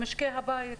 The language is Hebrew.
למשקי הבית,